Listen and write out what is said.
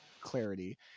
clarity